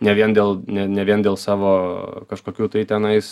ne vien dėl ne ne vien dėl savo kažkokių tai tenais